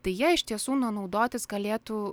tai ja iš tiesų na naudotis galėtų